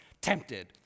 tempted